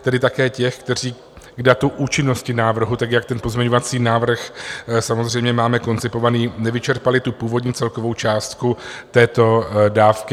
Tedy také těch, kteří k datu účinnosti návrhu, tak jak ten pozměňovací návrh samozřejmě máme koncipovaný, nevyčerpali tu původní celkovou částku této dávky.